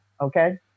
Okay